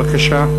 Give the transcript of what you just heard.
בבקשה,